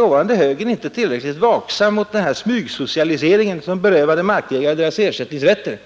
var tillräckligt vaksam mot den smygsocialisering som berövade markägarna deras ersättningsrättigheter.